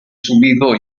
zumbido